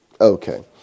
Okay